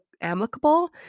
amicable